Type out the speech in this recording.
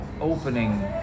opening